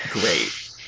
great